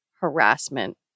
harassment